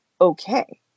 okay